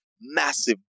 massive